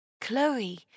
Chloe